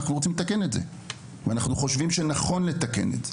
אנחנו רוצים לתקן את זה ואנחנו חושבים שנכון לתקן את זה.